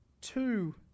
two